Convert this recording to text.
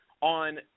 on